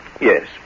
Yes